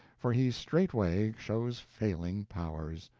for he straightway shows failing powers.